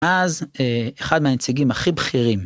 אז אחד מהנציגים הכי בכירים.